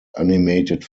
animated